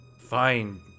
Fine